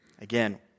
again